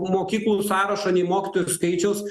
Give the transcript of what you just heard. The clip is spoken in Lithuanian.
mokyklų sąrašo nei mokytojų skaičiaus